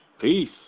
Peace